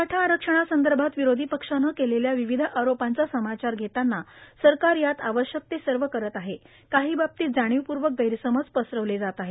मराठा आरक्षणसंदर्भात विरोधी पक्षानं केलेल्या विविध आरोपांचा समाचा घेताना सरकार यात आवश्यक ते सर्व करत आहे काही बाबतीत जाणीवपूर्वक गैरसमज पसरवले जात आहेत